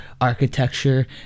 architecture